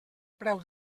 preu